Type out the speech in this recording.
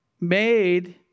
made